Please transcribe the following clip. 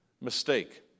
mistake